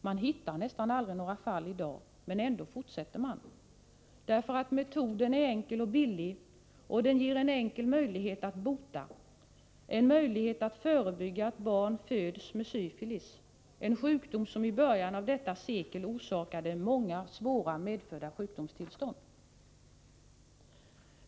Man hittar nästa aldrig något fall i dag, men ändå fortsätter man, därför att metoden är enkel och billig och därför att den ger en god möjlighet att bota och förebygga att barn föds med syfilis, en sjukdom som i början av detta sekel orsakade många svåra medfödda sjukdomstillstånd.